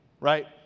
right